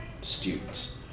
students